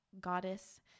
goddess